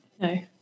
No